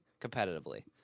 competitively